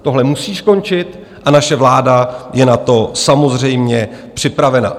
Tohle musí skončit a naše vláda je na to samozřejmě připravena.